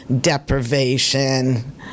deprivation